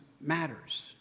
matters